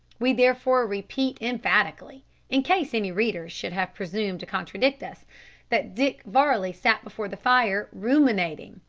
we therefore repeat emphatically in case any reader should have presumed to contradict us that dick varley sat before the fire ruminating!